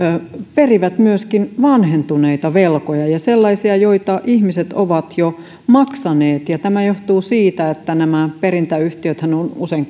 perivät myöskin vanhentuneita velkoja ja sellaisia joita ihmiset ovat jo maksaneet tämä johtuu siitä että perintäyhtiöthän ovat usein